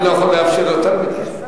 אני לא יכול לאפשר יותר מדי.